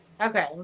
okay